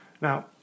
Now